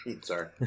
Sorry